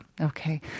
okay